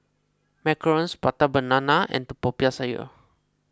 Macarons Prata Banana and Popiah Sayur